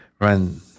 run